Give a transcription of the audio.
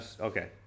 okay